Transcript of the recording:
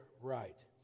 right